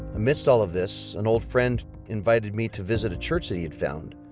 amidst all of this, an old friend invited me to visit a church that he had found.